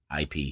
IP